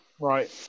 Right